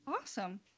awesome